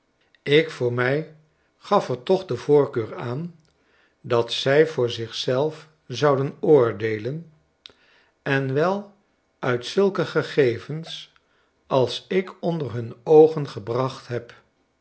ik voor mij gaf er toch de voorkeur aan dat zij voor zich zelf zouden oordeelen en wel uit zulke gegevens als ik onder hun oogen gebracht heb